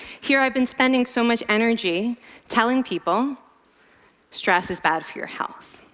here i've been spending so much energy telling people stress is bad for your health.